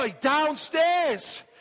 downstairs